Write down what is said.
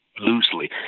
loosely